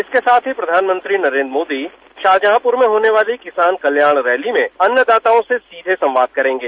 इसके साथ ही प्रधानमंत्री नरेन्द्र मोदी शाहजहांपूर में होने वाली किसान कल्याण रैली में अन्नदाताओं से सीधे संवाद करेंगे